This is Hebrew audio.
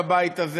בבית הזה,